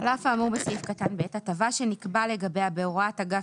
על אף האמור בסעיף קטן (ב) הטבה שנקבע לגביה בהוראות אגף